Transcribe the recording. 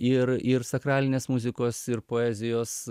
ir ir sakralinės muzikos ir poezijos